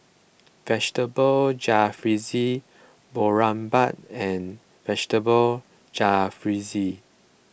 Vegetable Jalfrezi Boribap and Vegetable Jalfrezi